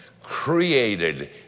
created